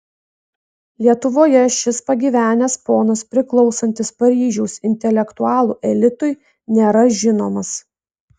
lietuvoje šis pagyvenęs ponas priklausantis paryžiaus intelektualų elitui nėra žinomas